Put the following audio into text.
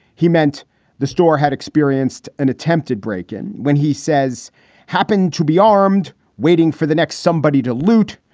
he meant the store had experienced an attempted break in when he says happened to be armed waiting for the next somebody to loot.